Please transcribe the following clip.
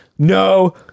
No